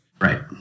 Right